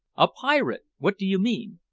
a pirate! what do you mean?